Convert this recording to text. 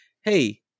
hey